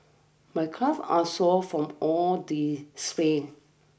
my calf are sore from all the sprints